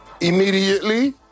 Immediately